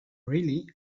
really